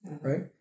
right